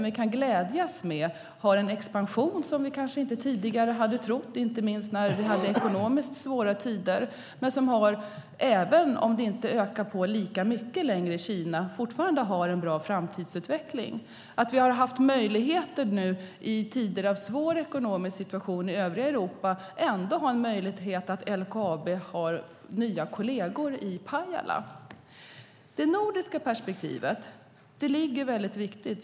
Vi kan glädjas över att de har en expansion som vi tidigare kanske inte hade trott, inte minst när vi hade ekonomiskt svåra tider, men som fortfarande har en bra utveckling för framtiden även om det inte längre ökar lika mycket i Kina. I tider med en svår ekonomisk situation i övriga Europa har LKAB ändå möjlighet att få nya kolleger i Pajala. Det nordiska perspektivet är väldigt viktigt.